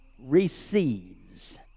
receives